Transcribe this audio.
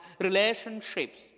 relationships